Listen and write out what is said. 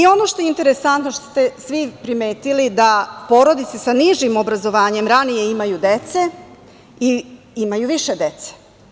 Ono što je interesantno i što ste svi primetili, jeste da porodice sa nižim obrazovanjem ranije imaju decu i imaju više dece.